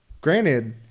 Granted